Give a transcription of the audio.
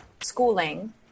schooling